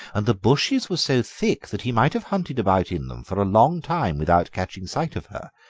and the bushes were so thick that he might have hunted about in them for a long time without catching sight of her,